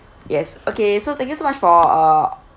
yes okay so thank you so much for uh